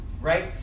Right